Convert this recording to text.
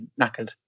knackered